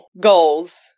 goals